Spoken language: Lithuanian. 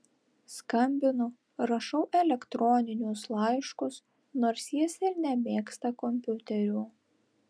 skambinu rašau elektroninius laiškus nors jis ir nemėgsta kompiuterių